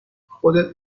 خودت